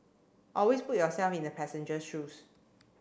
always put yourself in the passenger shoes